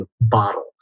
bottle